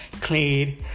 clean